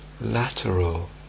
lateral